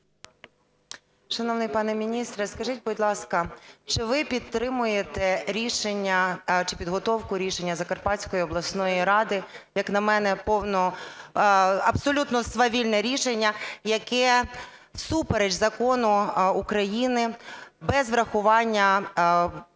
Шановний пане міністре, скажіть, будь ласка, чи ви підтримуєте рішення чи підготовку рішення Закарпатської обласної ради? Як на мене, абсолютно свавільне рішення, яке всупереч закону України без врахування планування